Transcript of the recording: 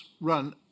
run